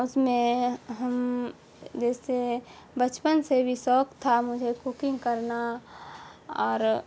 اس میں ہم جیسے بچپن سے بھی شوق تھا مجھے کوکنگ کرنا اور